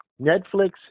Netflix